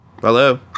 Hello